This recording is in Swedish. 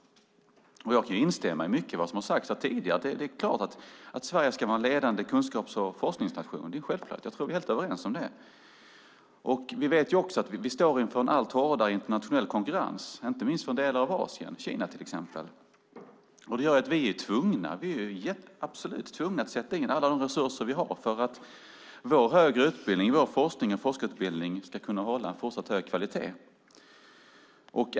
Jag kan instämma i mycket av det som har sagts tidigare. Det är klart att Sverige ska vara en ledande kunskaps och forskningsnation. Det är självklart. Jag tror att vi är helt överens om det. Vi vet också att vi står inför en allt hårdare internationell konkurrens, inte minst från delar av Asien, Kina till exempel. Det gör att vi är absolut tvungna att sätta in alla de resurser vi har för att vår högre utbildning och vår forskning och forskarutbildning ska kunna hålla en fortsatt hög kvalitet.